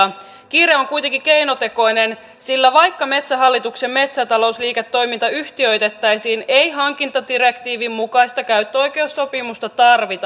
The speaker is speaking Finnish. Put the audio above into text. kiire on kuitenkin keinotekoinen sillä vaikka metsähallituksen metsätalousliiketoiminta yhtiöitettäisiin ei hankintadirektiivin mukaista käyttöoikeussopimusta tarvita